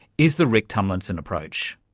is the rick tumlinson approach.